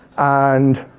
and